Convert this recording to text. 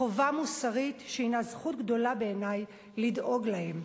חובה מוסרית שהיא זכות גדולה בעיני לדאוג להם,